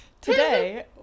Today